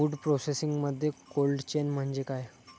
Food प्रोसेसिंगमध्ये cold chain म्हणजे काय?